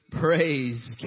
Praise